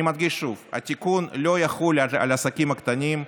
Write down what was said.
אני מדגיש שוב: התיקון לא יחול על העסקים הקטנים,